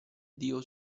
dio